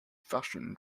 fashion